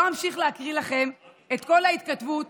לא אמשיך להקריא לכם את כל ההתכתבות